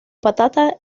patata